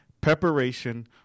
preparation